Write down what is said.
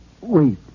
Wait